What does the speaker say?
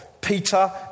Peter